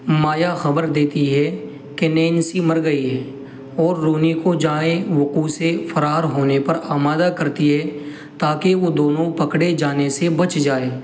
مایا خبر دیتی ہے کہ نینسی مر گئی ہے اور رونی کو جائے وقوع سے فرار ہونے پر آمادہ کرتی ہے تاکہ وہ دونوں پکڑے جانے سے بچ جائے